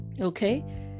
Okay